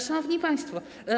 Szanowni Państwo!